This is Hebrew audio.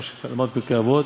כמו שלמדנו בפרקי אבות: